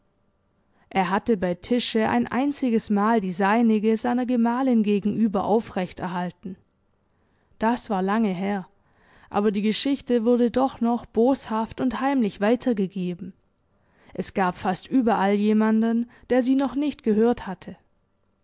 er hatte bei tische ein einziges mal die seinige seiner gemahlin gegenüber aufrechterhalten das war lange her aber die geschichte wurde doch noch boshaft und heimlich weitergegeben es gab fast überall jemanden der sie noch nicht gehört hatte